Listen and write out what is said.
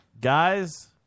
Guys